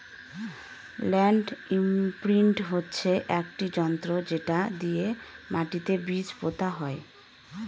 land imprint হচ্ছে একটি যন্ত্র যেটা দিয়ে মাটিতে বীজ পোতা হয়